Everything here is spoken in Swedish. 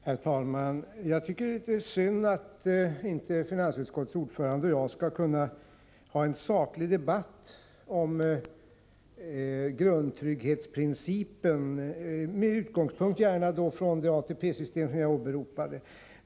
Herr talman! Jag tycker att det är litet synd att inte finansutskottets ordförande och jag skall kunna föra en saklig debatt om grundtrygghetsprincipen med utgångspunkt i det ATP-system som jag åberopade.